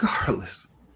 regardless